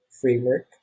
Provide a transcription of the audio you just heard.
framework